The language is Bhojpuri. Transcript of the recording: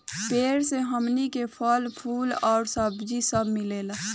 पेड़ से हमनी के फल, फूल आ सब्जी सब मिलेला